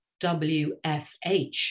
WFH